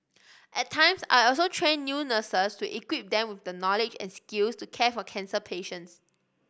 at times I also train new nurses to equip them with the knowledge and skills to care for cancer patients